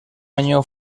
año